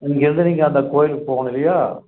இங்கேருந்து நீங்கள் அந்த கோயிலுக்கு போகணும் இல்லையா